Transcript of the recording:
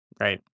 right